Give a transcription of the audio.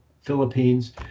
Philippines